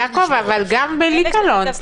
--- אבל גם בלי קלון.